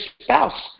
spouse